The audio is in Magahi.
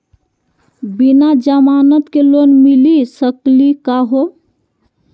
बिना जमानत के लोन मिली सकली का हो?